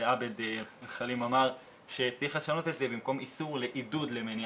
ועבד אלחלים אמר שצריך לשנות את זה במקום איסור לעידוד למניעה,